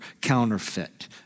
counterfeit